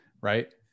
Right